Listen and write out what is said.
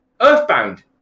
Earthbound